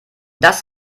das